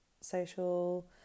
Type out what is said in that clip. social